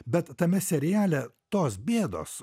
bet tame seriale tos bėdos